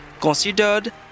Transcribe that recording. considered